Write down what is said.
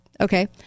Okay